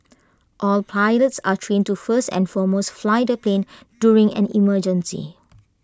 all pilots are trained to first and foremost fly the plane during an emergency